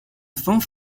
fünf